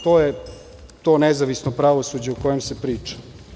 To je to nezavisno pravosuđe o kojem se priča.